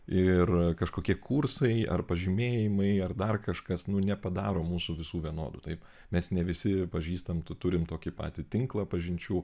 ir kažkokie kursai ar pažymėjimai ar dar kažkas nepadaro mūsų visų vienodų taip mes ne visi pažįstam tu turim tokį patį tinklą pažinčių